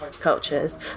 cultures